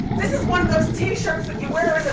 this is one of those t-shirts that you wear as a